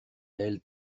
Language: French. elle